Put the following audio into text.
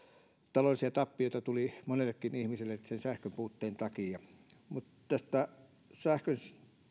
taloudellisia tappioita tuli monellekin ihmiselle sen sähkönpuutteen takia tästä sähkön